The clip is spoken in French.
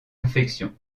infections